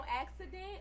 accident